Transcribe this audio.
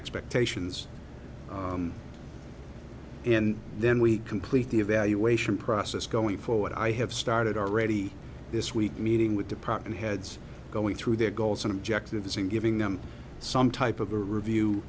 expectations and then we complete the evaluation process going forward i have started already this week meeting with department heads going through their goals and objectives and giving them some type of a